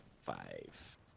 five